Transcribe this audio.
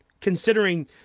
considering